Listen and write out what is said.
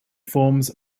forms